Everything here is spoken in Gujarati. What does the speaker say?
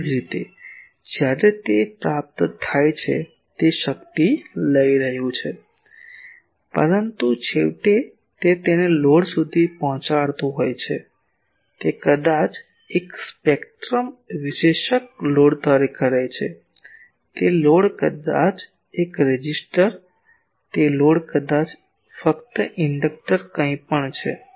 એ જ રીતે જ્યારે તે પ્રાપ્ત થાય છે તે શક્તિ લઈ રહ્યું છે પરંતુ છેવટે તે તેને લોડ સુધી પહોંચાડતું હોય છે તે કદાચ એક સ્પેક્ટ્રમ વિશ્લેષક લોડ કરે છે તે લોડ કદાચ એક રેઝિસ્ટર તે લોડ કદાચ ફક્ત ઇન્ડકટર કંઈપણ છે